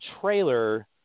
trailer